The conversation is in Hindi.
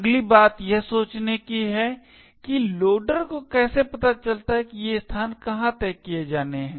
अगली बात यह सोचने की है कि लोडर को कैसे पता चलता है कि ये स्थान कहाँ तय किए जाने हैं